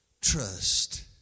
trust